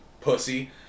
pussy